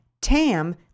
Tam